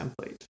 template